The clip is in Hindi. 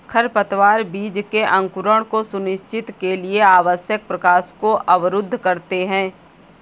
खरपतवार बीज के अंकुरण को सुनिश्चित के लिए आवश्यक प्रकाश को अवरुद्ध करते है